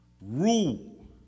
rule